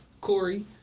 Corey